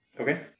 Okay